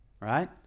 right